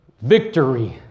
victory